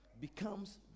becomes